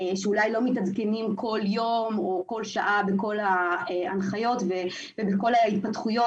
שאולי לא מתעדכנים כל יום או כל שעה בכל ההנחיות ובכל ההתפתחויות.